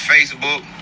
Facebook